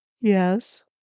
Yes